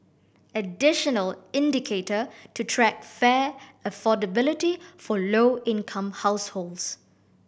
additional indicator to track fare affordability for low income households